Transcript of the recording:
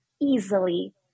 easily